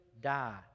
die